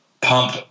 pump